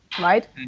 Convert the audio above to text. right